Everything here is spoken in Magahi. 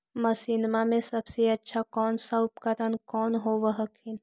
मसिनमा मे सबसे अच्छा कौन सा उपकरण कौन होब हखिन?